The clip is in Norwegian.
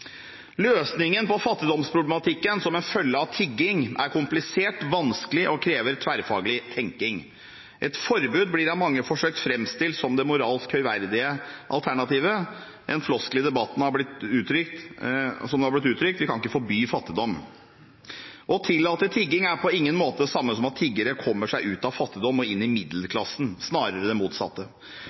Løsningen på fattigdomsproblematikken som en følge av tigging er komplisert, vanskelig og krever tverrfaglig tenking. Et forbud blir av mange forsøkt framstilt som det moralsk høyverdige alternativet. En floskel i debatten har blitt uttrykket «vi kan ikke forby fattigdom». Å tillate tigging er på ingen måte det samme som at tiggere kommer seg ut av fattigdom og inn i middelklassen – snarere det motsatte.